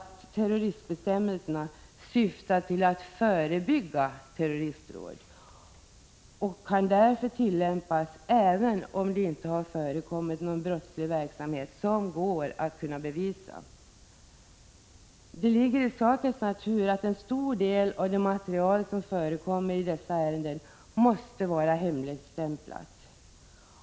Terroristbestämmelserna syftar också till att förebygga terroristdåd och kan därför tillämpas, även om det inte har förekommit någon brottslig verksamhet som det går att bevisa. Det ligger i sakens natur att en stor del av det material som förekommer i dessa ärenden måste hemligstämplas.